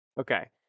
okay